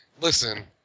Listen